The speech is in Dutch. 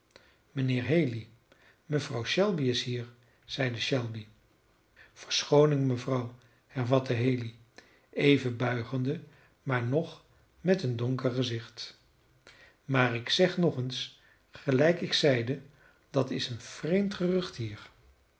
mijnheer haley mevrouw shelby is hier zeide shelby verschooning mevrouw hervatte haley even buigende maar nog met een donker gezicht maar ik zeg nog eens gelijk ik zeide dat is een vreemd gerucht hier